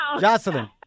Jocelyn